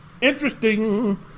Interesting